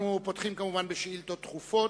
אנחנו פותחים, כמובן, בשאילתות דחופות,